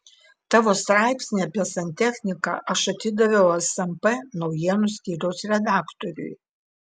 tavo straipsnį apie santechniką aš atidaviau smp naujienų skyriaus redaktoriui